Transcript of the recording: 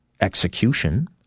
execution